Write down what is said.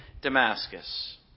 Damascus